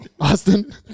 Austin